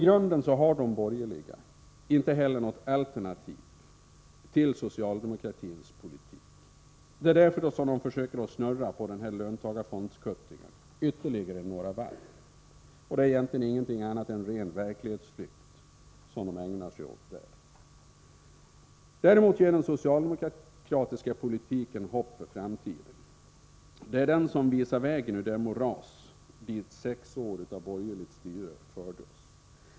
I grunden har de borgerliga inte heller något alternativ till socialdemokratins politik. Det är därför som de försöker snurra på den här löntagarfondskuttingen ytterligare några varv. Det är ingenting annat än ren verklighetsflykt de ägnar sig åt. Däremot ger den socialdemokratiska politiken hopp för framtiden. Det är den som visar vägen ur det moras dit sex år av borgerligt styre fört oss.